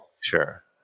Sure